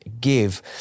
give